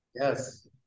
Yes